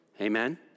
Amen